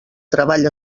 treball